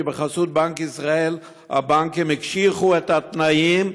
כי בחסות בנק ישראל הבנקים הקשיחו את התנאים,